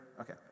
Okay